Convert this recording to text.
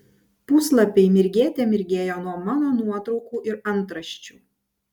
puslapiai mirgėte mirgėjo nuo mano nuotraukų ir antraščių